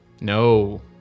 No